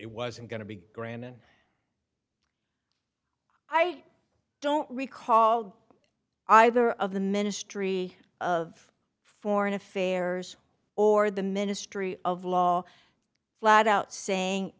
it wasn't going to be granted i don't recall either of the ministry of foreign affairs or the ministry of law flat out saying